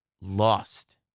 lost